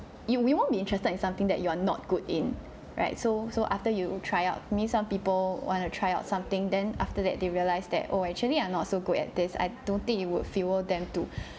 you you won't be interested in something that you're not good in right so so after you will try out I mean some people wanted to try out something then after that they realize that oh actually I'm not so good at this I don't think it would fuel them too